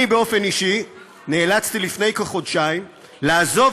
אני באופן אישי נאלצתי לפני כחודשיים לעזוב